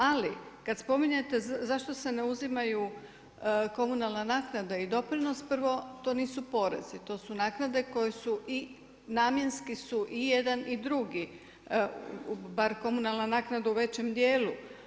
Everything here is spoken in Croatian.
Ali kada spominjete zašto se ne uzimaju komunalna naknada i doprinos, prvo, to nisu porez, to su naknade koje su i namjenski su i jedan i drugi, bar komunalna naknada u većem dijelu.